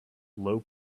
low